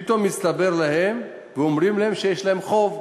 פתאום מסתבר להם ואומרים להם שיש להם חוב.